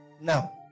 Now